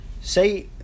Say